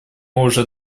уже